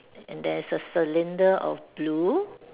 and there is a cylinder of blue